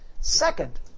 second